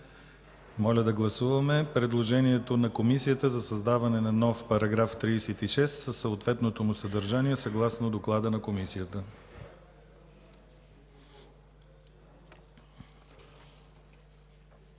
Моля да гласуваме предложението на Комисията за създаване на нов § 36 със съответното му съдържание, съгласно доклада на Комисията.